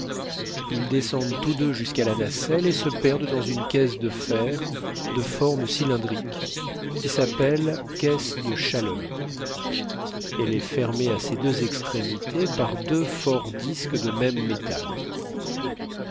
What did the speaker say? ils descendent tous deux jusqu'à la nacelle et se perdent dans une caisse de fer de forme cylindrique qui s'appelle caisse de chaleur elle est fermée à ses deux extrémités par deux forts disques de même métal